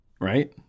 right